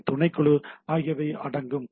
B துணைக்குழு ஆகியவை அடங்கும்